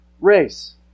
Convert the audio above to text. race